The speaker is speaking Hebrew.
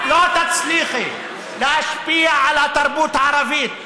את לא תצליחי להשפיע על התרבות הערבית.